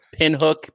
pinhook